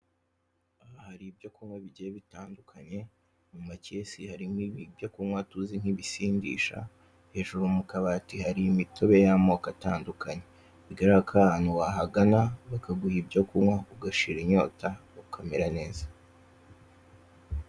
Aha hari ibyokunywa bigiye bitandukanye: mu makesi harimo ibyokunywa tuzi nk'ibisindisha, hejuru mu kabati hari imitobe y'amoko atandukanye; bigaragara ko aha hantu wahagana bakaguha ibyokunywa ugashira inyota ukamera neza.